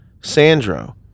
Sandro